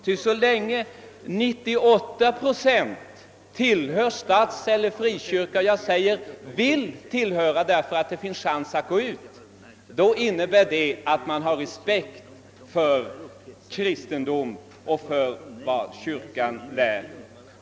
Ty så länge 98 procent av vårt folk tillhör frikyrka eller vill — jag säger vill, eftersom det finns möjlighet att begära utträde — tillhöra statskyrkan, råder det i vårt land respekt för kristendomen och för vad kyrkan lär.